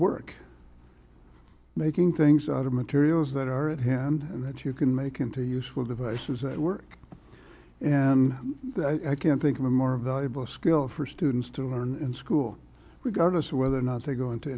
work making things out of materials that are at hand that you can make into useful devices that work and i can think of a more valuable skill for students to learn in school regardless of whether or not they go into